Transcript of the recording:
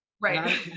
Right